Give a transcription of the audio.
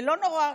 לא נורא,